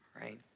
right